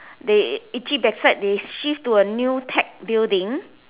they itchy backside they shift to a new tech building